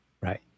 Right